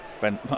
Ben